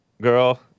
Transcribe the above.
girl